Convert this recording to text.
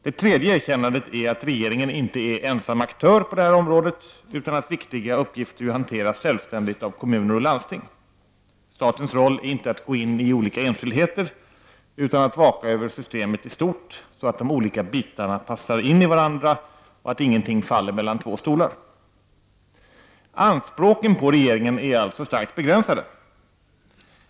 Det tredje erkännandet är att regeringen inte är ensam aktör på det här området, utan att viktiga uppgifter hanteras självständigt av kommuner och landsting. Statens roll är inte att gå in i olika enskildheter utan att vaka över systemet i stort, att de olika bitarna passar in i varandra och att ingenting faller mellan två stolar. Anspråken på regeringen är alltså starkt begränsade.